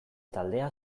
taldea